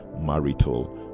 marital